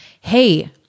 Hey